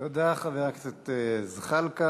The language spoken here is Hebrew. תודה, חבר הכנסת זחאלקה.